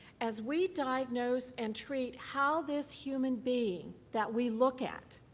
as we diagnose and treat how this human being that we look at